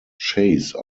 chase